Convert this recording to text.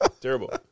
Terrible